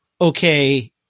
okay